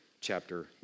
chapter